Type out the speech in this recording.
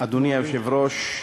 אדוני היושב-ראש,